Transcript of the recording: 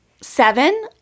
Seven